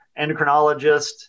endocrinologist